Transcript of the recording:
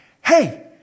hey